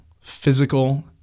physical